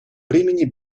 бремени